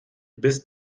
bis